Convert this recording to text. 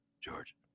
George